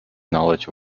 knowledge